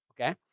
okay